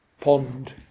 pond